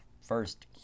first